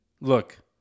look